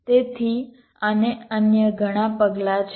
તેથી અને અન્ય ઘણા પગલાં છે